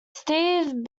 steve